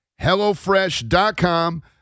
HelloFresh.com